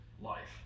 life